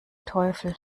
teufel